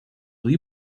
will